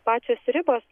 pačios ribos